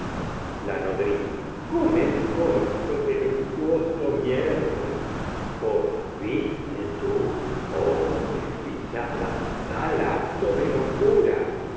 la nodriza con el corte de luctuoso hierro coro viste tú oh desdichada tal acto de locura